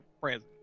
present